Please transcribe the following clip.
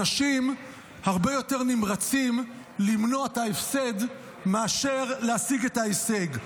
אנשים הרבה יותר נמרצים למנוע את ההפסד מאשר להשיג את ההישג.